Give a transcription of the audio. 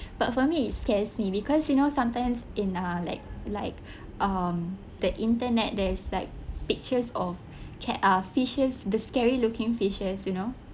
but for me it scares me because you know sometimes in uh like like um the internet there is like pictures of ca~ uh fishes the scary looking fishes you know